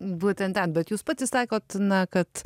būtent ten bet jūs pati sakot na kad